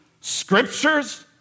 scriptures